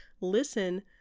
listen